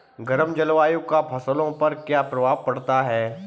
गर्म जलवायु का फसलों पर क्या प्रभाव पड़ता है?